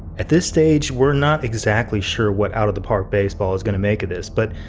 at this stage, we're not exactly sure what, out of the park baseball is gonna make it is. but,